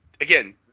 Again